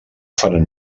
faran